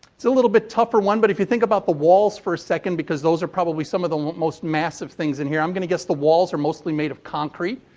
it's a little bit tougher one. but, if you think about the walls for a second, because those are probably some of the most massive things in here. i'm going to guess the walls are mostly made of concrete.